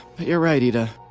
but you're right, iida.